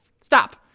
stop